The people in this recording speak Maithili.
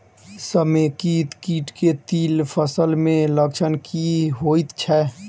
समेकित कीट केँ तिल फसल मे लक्षण की होइ छै?